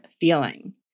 feeling